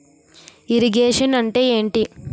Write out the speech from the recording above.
Irrigation అంటే ఏంటీ?